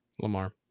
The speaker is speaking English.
Lamar